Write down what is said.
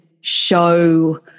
show